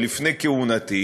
עוד לפני כהונתי,